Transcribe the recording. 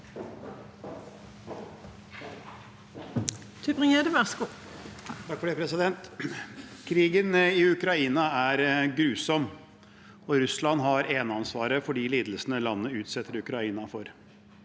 Krigen i Ukraina er grusom, og Russland har eneansvaret for de lidelsene landet utsetter Ukraina for.